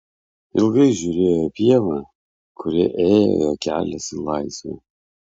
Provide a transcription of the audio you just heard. ilgai žiūrėjo į pievą kuria ėjo jo kelias į laisvę